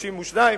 32,